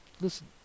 listen